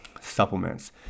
Supplements